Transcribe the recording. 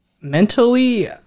mentally